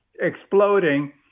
exploding